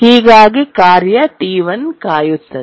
ಹೀಗಾಗಿ ಕಾರ್ಯ T1 ಕಾಯುತ್ತದೆ